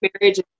marriage